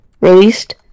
released